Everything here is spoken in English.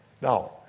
Now